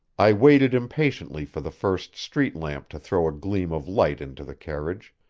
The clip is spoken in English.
i waited impatiently for the first street-lamp to throw a gleam of light into the carriage.